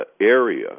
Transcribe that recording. area